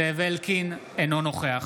זאב אלקין, אינו נוכח